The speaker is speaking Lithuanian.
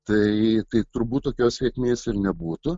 tai tai turbūt tokios sėkmės ir nebūtų